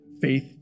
faith